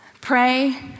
Pray